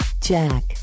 Jack